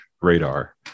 radar